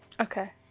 Okay